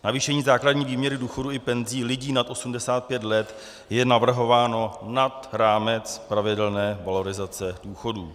Navýšení základní výměry důchodů i penzí lidí nad 85 let je navrhováno nad rámec pravidelné valorizace důchodů.